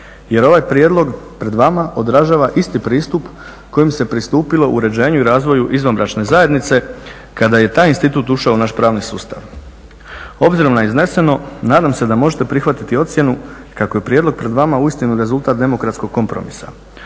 jer ovaj prijedlog pred vam odražava isti pristup kojim se pristupilo uređenju i razvoju izvanbračne zajednice kada je taj institut ušao u naš pravni sustav. Obzirom na izneseno nadam se da možete prihvatiti ocjenu kako je prijedlog pred vama uistinu rezultat demokratskog kompromisa.